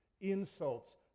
insults